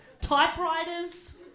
Typewriters